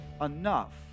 Enough